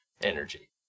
energy